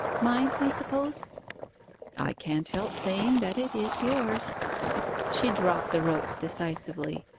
mine, i suppose i can't help saying that it is yours she dropped the ropes decisively,